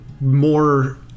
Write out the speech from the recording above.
more